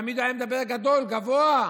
תמיד היה מדבר גדול, גבוה.